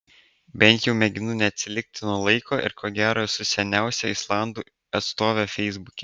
bent jau mėginu neatsilikti nuo laiko ir ko gero esu seniausia islandų atstovė feisbuke